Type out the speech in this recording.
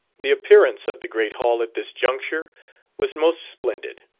the appearance of the great hall at this juncture was most splendid.